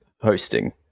hosting